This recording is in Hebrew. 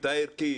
הערכית,